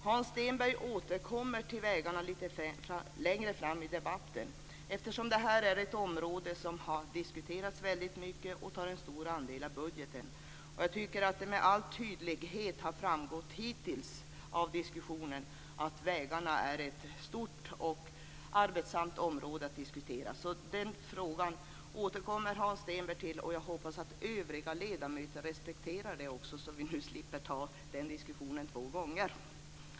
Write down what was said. Hans Stenberg återkommer till vägarna lite längre fram i debatten, eftersom det här är ett område som har diskuterats väldigt mycket och tar upp en stor andel av budgeten. Jag tycker att det med all tydlighet har framgått hittills av diskussionen att vägarna är ett stort och arbetsamt område att diskutera, så den frågan återkommer Hans Stenberg till, och jag hoppas att övriga ledamöter respekterar det också, så vi nu slipper ta den diskussionen två gånger.